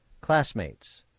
classmates